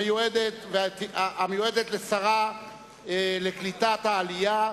המיועדת לשרה לקליטת העלייה,